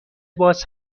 باز